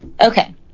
Okay